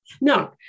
No